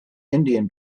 indian